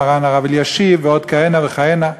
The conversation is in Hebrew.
מרן הרב אלישיב ועוד כהנה וכהנה.